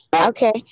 okay